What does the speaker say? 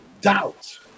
doubt